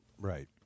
Right